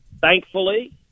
Thankfully